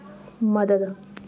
मदद